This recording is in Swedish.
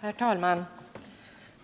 Herr talman!